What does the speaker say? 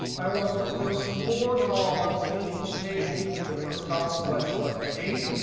i want the first four columns in each table to be the first column. so i select date,